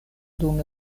dum